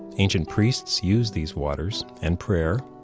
ancient priests used these waters and prayer,